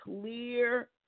clear